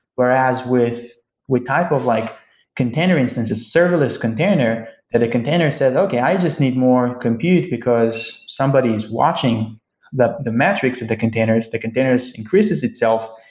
whereas with with type of like container instances, serverless container, the the container says, okay, i just need more compute, because somebody is watching the the metrics of the containers, the containers increases itself.